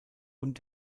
und